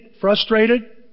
frustrated